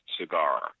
cigar